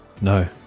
No